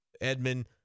Edmund